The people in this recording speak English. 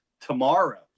tomorrow